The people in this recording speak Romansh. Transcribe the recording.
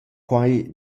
quai